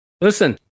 Listen